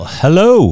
hello